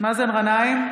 מאזן גנאים,